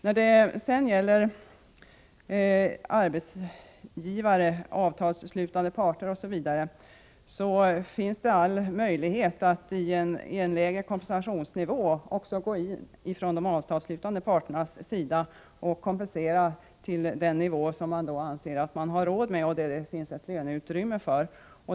När det sedan gäller talet om de avtalsslutande parterna vill jag säga att det finns all möjlighet för dessa att från en lägre kompensationsnivå kompensera upp till den nivå som man anser att det finns ett löneutrymme för.